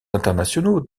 internationaux